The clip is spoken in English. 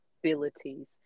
abilities